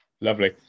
Lovely